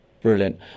Brilliant